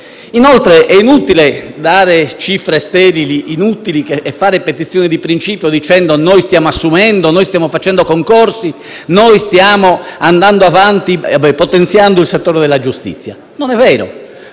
Inoltre, è inutile dare cifre sterili e fare petizioni di principio dicendo: «noi stiamo assumendo», «noi stiamo facendo concorsi», «noi stiamo potenziando il settore della giustizia». Non è vero,